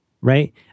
right